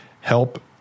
help